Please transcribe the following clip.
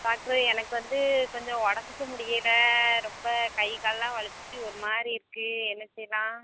doctor எனக்கு வந்து கொஞ்சம் உடம்புக்கு முடியலை ரொம்ப கை கால்லாம் வலித்து ஒரு மாதிரி இருக்குது என்ன செய்யலாம்